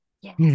Yes